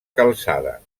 calçada